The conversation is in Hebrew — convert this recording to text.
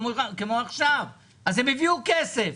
ביקשנו שהם יביאו כסף.